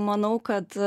manau kad